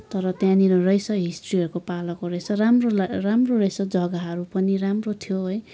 तर त्यहाँनिर रहेछ हिस्ट्रीहरूको पालाको रहेछ राम्रो राम्रो रहेछ जग्गाहरू पनि राम्रो थियो है